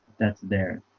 that's there